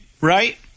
right